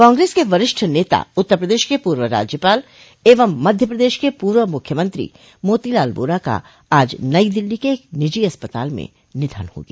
कांग्रेस के वरिष्ठ नेता उत्तर प्रदेश के पूर्व राज्यपाल एवं मध्य प्रदेश के पूर्व मुख्यमंत्री मोतीलाल वोरा का आज नई दिल्ली के एक निजी अस्पताल में निधन हो गया